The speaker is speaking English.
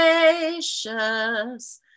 gracious